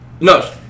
No